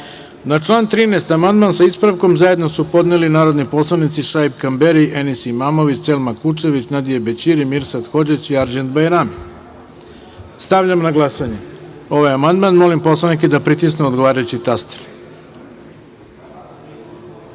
član 23. amandman, sa ispravkom, zajedno su podneli narodni poslanici Šaip Kamberi, Enis Imamović, Selma Kučević, Nadije Bećiri, Mirsad Hodžić i Arđend Bajrami. Stavljam na glasanje ovaj amandman. Molim poslanike da pritisnu odgovarajući taster